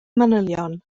manylion